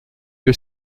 que